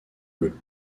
bleues